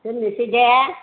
दोननोसै दे